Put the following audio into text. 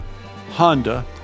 Honda